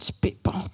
people